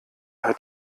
hat